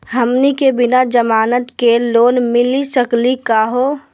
हमनी के बिना जमानत के लोन मिली सकली क हो?